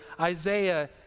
Isaiah